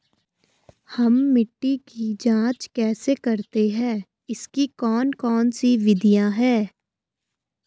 हम मिट्टी की जांच कैसे करते हैं इसकी कौन कौन सी विधियाँ है?